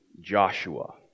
Joshua